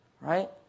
right